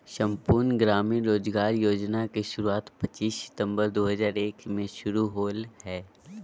संपूर्ण ग्रामीण रोजगार योजना के शुरुआत पच्चीस सितंबर दु हज़ार एक मे शुरू होलय हल